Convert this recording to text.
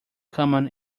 common